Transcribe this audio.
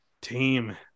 Team